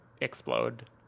explode